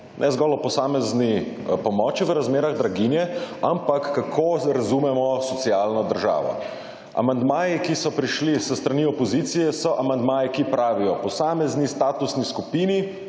Ne zgolj o posamezni pomoči v razmerah draginje, ampak kako razumemo socialno državo. Amandmaji, ki so prišli s strani opozicije so opozicije so amandmaji, ki pravijo posamezni statusni skupini